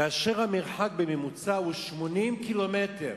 כאשר המרחק בממוצע הוא 80 קילומטר,